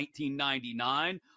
1999